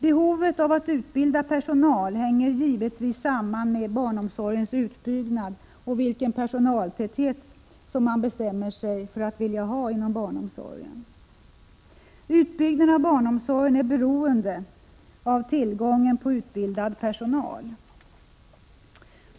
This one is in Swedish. Behovet av att utbilda personal hänger givetvis samman med barnomsorgens utbyggnad och med vilken personaltäthet man bestämmer sig för. Utbyggnaden av barnomsorgen är beroende av tillgången på utbildad förskolpersonal.